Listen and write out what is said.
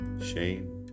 shame